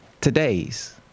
Today's